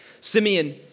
Simeon